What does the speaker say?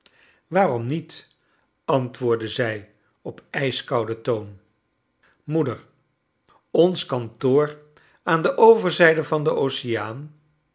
waurom niet antwoordde zij op ijskouden toon moeder ons kantoor aan de overzijde van den